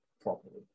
properly